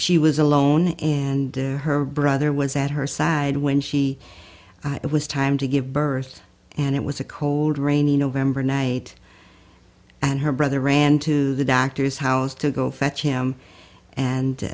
she was alone and her brother was at her side when she it was time to give birth and it was a cold rainy november night and her brother ran to the doctor's house to go fetch him and